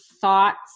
thoughts